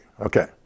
okay